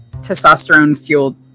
testosterone-fueled